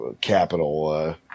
capital